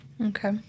Okay